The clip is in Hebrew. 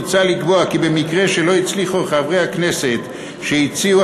מוצע לקבוע כי במקרה שלא הצליחו חברי הכנסת שהציעו